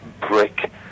brick